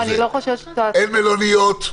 אין מלוניות,